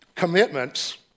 Commitments